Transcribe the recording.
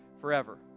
forever